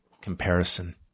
comparison